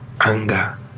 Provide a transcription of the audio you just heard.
anger